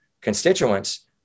constituents